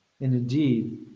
indeed